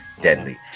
deadly